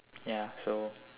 ya so